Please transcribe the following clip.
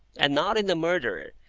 and not in the murderer,